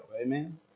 Amen